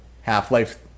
Half-Life